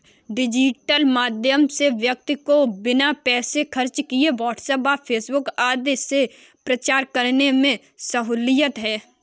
digital माध्यम से व्यक्ति को बिना पैसे खर्च किए व्हाट्सएप व फेसबुक आदि से प्रचार करने में सहूलियत है